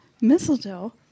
Mistletoe